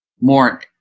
more